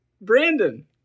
Brandon